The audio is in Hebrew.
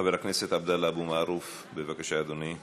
חבר הכנסת עבדאללה אבו מערוף, בבקשה, אדוני.